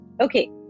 okay